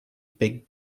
big